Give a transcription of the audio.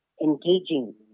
engaging